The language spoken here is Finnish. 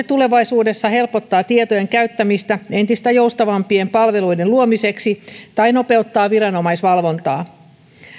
tulevaisuudessa helpottaa tietojen käyttämistä entistä joustavampien palveluiden luomiseksi tai nopeuttaa viranomaisvalvontaa